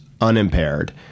unimpaired